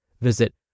Visit